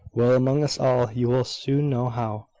well, among us all, you will soon know how,